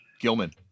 gilman